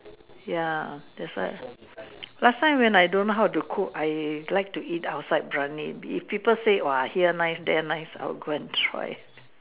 ya that's why last time when I don't know how to cook I like to eat outside Biryani if people say !wah! here nice there nice I will go and try